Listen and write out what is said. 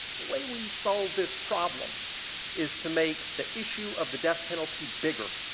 the way we solve this problem is to make the issue of the death penalty bigger.